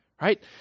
right